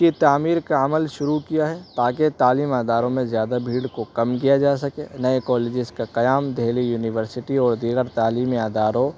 کی تعمیر کا عمل شروع کیا ہے تاکہ تعلیمی اداروں میں زیادہ بھیڑ کو کم کیا جا سکے نئے کالجز کا قیام دہلی یونیورسٹی اور دیگر تعلیمی اداروں